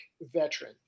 veteran